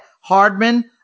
Hardman